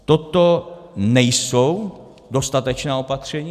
Toto nejsou dostatečná opatření.